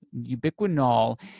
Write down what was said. Ubiquinol